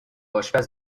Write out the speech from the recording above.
آشپز